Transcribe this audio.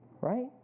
Right